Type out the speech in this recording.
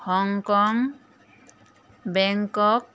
Hong Kong Bangkok